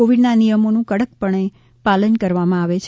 કોવિડના નિયમોનું કડકપણે પાલન કરવામાં આવે છે